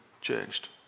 changed